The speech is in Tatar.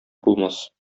булмас